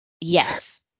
yes